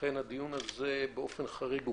זו הסיבה שהדיון הזה פתוח באופן חריג,